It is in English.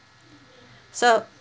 so